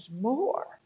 more